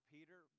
Peter